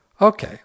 Okay